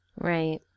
Right